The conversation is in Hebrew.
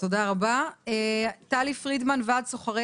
טלי פרידמן, ועד סוחרי